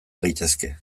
gaitezke